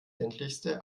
ländlichste